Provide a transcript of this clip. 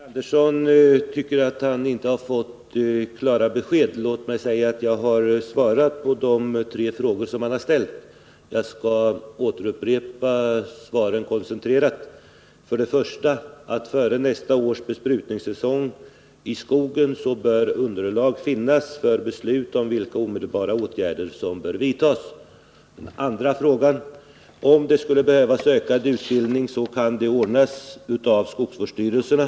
Herr talman! John Andersson tycker att han inte har fått klara besked. Låt mig säga att jag har svarat på de tre frågor som han har ställt. Jag skall upprepa svaren koncentrerat. : För det första: Före nästa års besprutningssäsong i skogen bör underlag finnas för beslut om vilka omedelbara åtgärder som bör vidtas. För det andra: Om det skulle behövas ökad utbildning, kan detta ordnas av skogsvårdsstyrelserna.